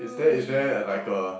is there is there uh like a